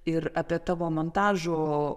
ir apie tavo montažų